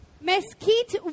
Mesquite